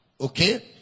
Okay